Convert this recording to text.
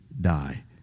die